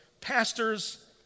pastors